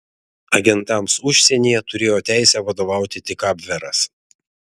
agentams užsienyje turėjo teisę vadovauti tik abveras